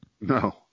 No